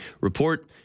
report